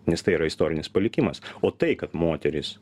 nes tai yra istorinis palikimas o tai kad moterys